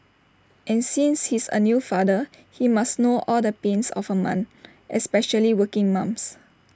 and since he's A new father he must know all the pains of A mum especially working mums